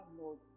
Lord